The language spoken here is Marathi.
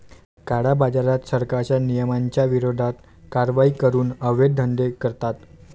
काळ्याबाजारात, सरकारच्या नियमांच्या विरोधात कारवाई करून अवैध धंदे करतात